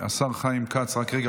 רגע, השר חיים כץ, רק רגע.